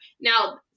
Now